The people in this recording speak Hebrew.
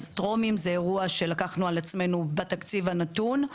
אז טרומיים זה אירוע שלקחנו על עצמנו בתקציב הנתון.